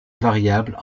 variables